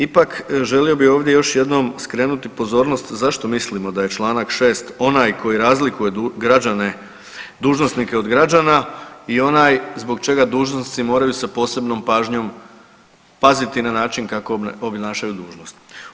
Ipak, želio bi ovdje još jednom skrenuti pozornost zašto mislimo da je članak 6. onaj koji razlikuje građane, dužnosnike od građana i onaj zbog čega se dužnosnici moraju sa posebnom pažnjom paziti kako obnašaju dužnost.